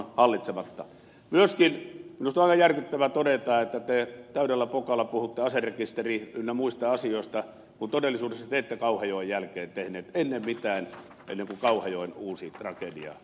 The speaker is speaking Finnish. minusta on myöskin aivan järkyttävää todeta että te täydellä pokalla puhutte aserekisteri ynnä muista asioista kun todellisuudessa te ette jokelan jälkeen tehneet mitään ennen kuin kauhajoen uusi tragedia tuli